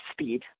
speed